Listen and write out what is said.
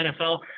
NFL